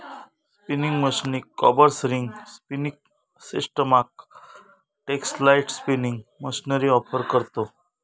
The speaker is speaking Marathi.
स्पिनिंग मशीनीक काँबर्स, रिंग स्पिनिंग सिस्टमाक टेक्सटाईल स्पिनिंग मशीनरी ऑफर करतव